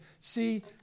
see